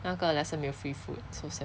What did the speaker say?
那个 lesson 没有 free food so sad